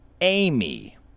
Amy